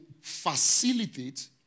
facilitate